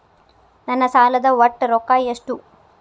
ನನ್ನ ಸಾಲದ ಒಟ್ಟ ರೊಕ್ಕ ಎಷ್ಟು?